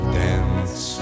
dance